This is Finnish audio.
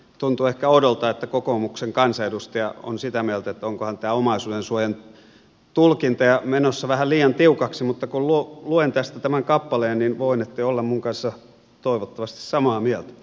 tuntuu ehkä oudolta että kokoomuksen kansanedustaja on sitä mieltä että onkohan tämä omaisuudensuojan tulkinta jo menossa vähän liian tiukaksi mutta kun luen tästä tämän kappaleen niin voinette olla minun kanssani toivottavasti samaa mieltä